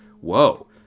whoa